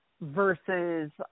versus